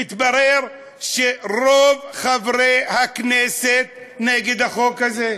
ומתברר שרוב חברי הכנסת נגד החוק הזה.